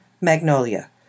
Magnolia